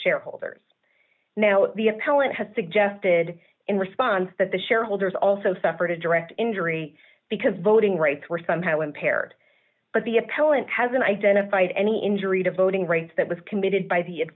shareholders now the appellant has suggested in response that the shareholders also suffered a direct injury because voting rights were somehow impaired but the appellant has been identified any injury to voting rights that was committed by the